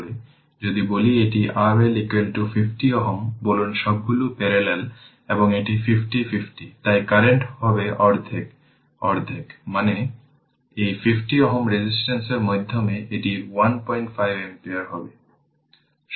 যদি বলি এটি R L 50 Ω বলুন সবগুলি প্যারালেল এবং এটি 50 50 তাই কারেন্ট হবে অর্ধেক অর্ধেক তার মানে এই 50 Ω রেজিস্ট্যান্সের মাধ্যমে এটি 15 অ্যাম্পিয়ার হবে